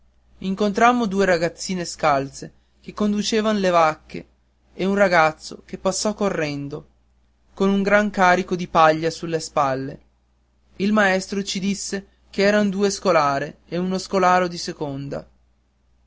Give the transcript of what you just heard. incontrammo due ragazzine scalze che conducevan le vacche e un ragazzo che passò correndo con un gran carico di paglia sulle spalle il maestro ci disse che eran due scolare e uno scolaro di seconda